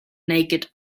naked